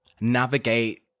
navigate